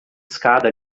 escada